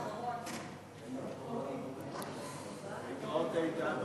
לוועדה לזכויות הילד נתקבלה.